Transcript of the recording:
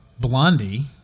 Blondie